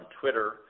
Twitter